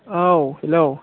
औ हेल'